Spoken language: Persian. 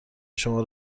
شما